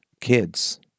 Kids